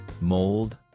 mold